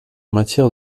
matière